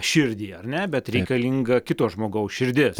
širdį ar ne bet reikalinga kito žmogaus širdis